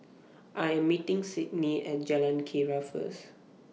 I Am meeting Sidney At Jalan Keria First